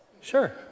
Sure